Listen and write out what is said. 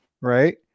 Right